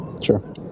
Sure